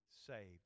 saved